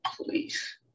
please